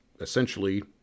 essentially